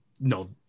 No